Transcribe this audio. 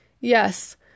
Yes